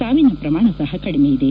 ಸಾವಿನ ಪ್ರಮಾಣ ಸಹ ಕಡಿಮೆಯಿದೆ